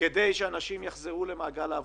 כדי שאנשים יחזרו למעגל העבודה,